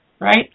Right